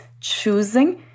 choosing